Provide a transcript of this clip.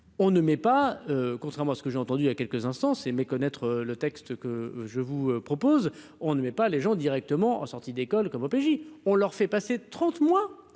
on ne met pas, contrairement à ce que j'ai entendu il a quelques instants, c'est méconnaître le texte que je vous propose, on ne met pas les gens directement sans. Si d'école comme OPJ, on leur fait passer 30 mois